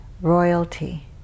royalty